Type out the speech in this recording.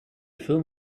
film